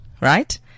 right